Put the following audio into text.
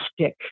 stick